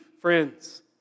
friends